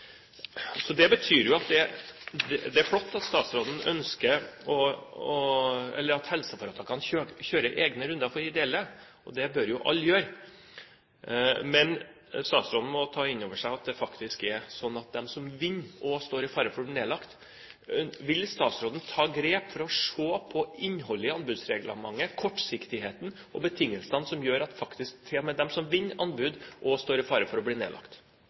Det er flott at helseforetakene kjører egne runder for de ideelle, og det bør jo alle gjøre, men statsråden må ta inn over seg at de som vinner, også står i fare for å bli nedlagt. Vil statsråden ta grep for å se på innholdet i anbudsreglementet – kortsiktigheten og betingelsene – som gjør at til og med de som vinner anbud, faktisk står i fare for å bli nedlagt?